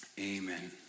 Amen